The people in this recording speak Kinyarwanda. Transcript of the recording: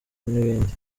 n’ibindi